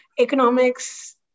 economics